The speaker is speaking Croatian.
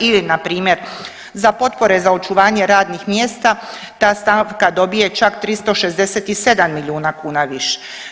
Ili npr. za potpore za očuvanje radnih mjesta ta stavka dobije čak 367 milijuna kuna više.